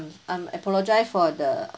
I'm apologise for the